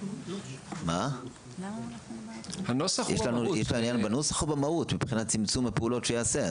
יש לנו עניין בנוסח או במהות מבחינת הפעולות שהוא יעשה?